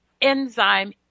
enzyme